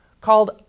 Called